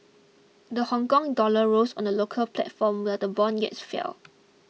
the Hongkong dollar rose on the local platform while the bond yields fell